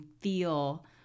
feel